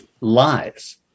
lives